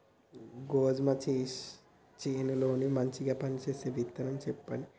గోధుమ చేను లో మంచిగా పనిచేసే విత్తనం చెప్పండి?